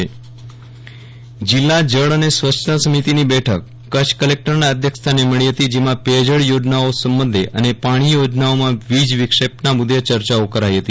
વિરલ રાણા ગ્રામ્ય પેયજળ યોજના જિલ્લા જળ અને સ્વચ્છતા સમિતિની બેઠક કચ્છ કલેક્ટરના અધ્યક્ષસ્થાને મળી હતી જેમાં પેયજળ યોજનાઓ સંબંધે અને પાણી યોજનાઓમાં વીજવિક્ષેપના મુદ્દે ચર્ચાઓ કરાઇ હતી